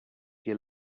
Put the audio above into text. you